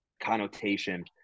connotation